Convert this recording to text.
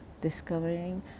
discovering